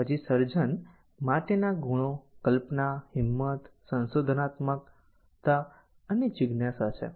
પછી સર્જન માટેના ગુણો કલ્પના હિંમત સંશોધનાત્મકતા અને જીજ્ઞાસા છે